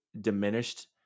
diminished